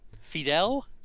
Fidel